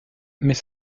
mais